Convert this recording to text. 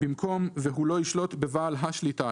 במקום "והוא לא ישלוט בבעל השליטה"